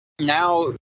now